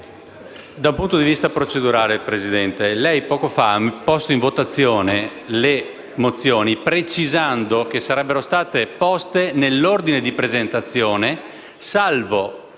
dal punto di vista procedurale lei poco fa ha posto in votazione le mozioni precisando che sarebbero state votate nell'ordine di presentazione, salvo